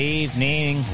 evening